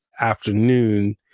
afternoon